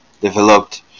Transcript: developed